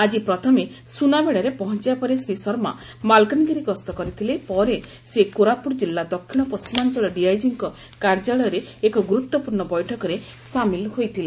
ଆକି ପ୍ରଥମେ ସୁନାବେଡ଼ାରେ ପହଞ୍ଚିବା ପରେ ଶ୍ରୀ ଶର୍ମା ମାଲକାନଗିରି ଗସ୍ତ କରିଥିଲେ ପରେ ସେ କୋରାପୁଟ୍ ଜିଲ୍ଲା ଦକ୍ଷିଣ ପଣ୍ଟିମାଞ୍ଳ ଡିଆଇଜିଙ୍କ କାର୍ଯ୍ୟାଳୟରେ ଏକ ଗୁରୁତ୍ପୂର୍ଣ୍ ବୈଠକରେ ସାମିଲ ହୋଇଥିଲେ